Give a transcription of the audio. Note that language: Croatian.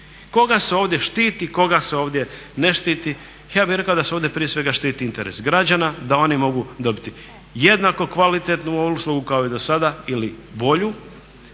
Koga se ovdje štiti, koga se ovdje ne štiti ja bih rekao da se ovdje prije svega štiti interes građana da oni mogu dobiti jednako kvalitetnu uslugu kao i do sada ili bolju.